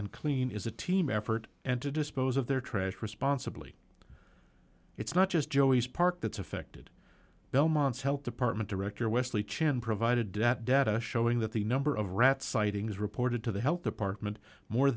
and clean is a team effort and to dispose of their trash responsibly it's not just joey's park that's affected belmont's health department director wesley chan provided that data showing that the number of rat sightings reported to the health department more